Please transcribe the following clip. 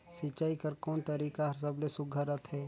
सिंचाई कर कोन तरीका हर सबले सुघ्घर रथे?